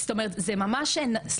זאת אומרת זה ממש נזיל,